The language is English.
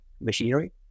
machinery